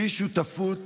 בלי שותפות